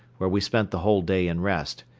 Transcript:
where we spent the whole day in rest,